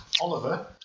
Oliver